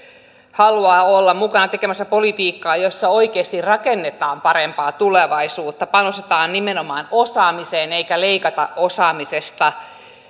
haluaa olla mukana tekemässä politiikkaa jossa oikeasti rakennetaan parempaa tulevaisuutta panostetaan nimenomaan osaamiseen eikä leikata osaamisesta